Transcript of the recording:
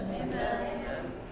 Amen